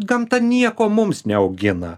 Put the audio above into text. gamta nieko mums neaugina